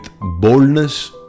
boldness